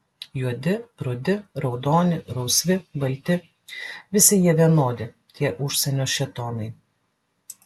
juodi rudi raudoni rausvi balti visi jie vienodi tie užsienio šėtonai